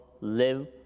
live